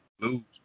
Lose